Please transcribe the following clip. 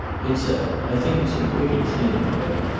it's a i think it's a wicked thing, in a way.